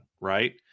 right